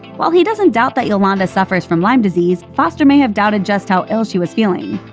while he doesn't doubt that yolanda suffers from lyme disease, foster may have doubted just how ill she was feeling.